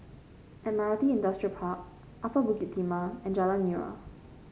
Admiralty Industrial Park Upper Bukit Timah and Jalan Nira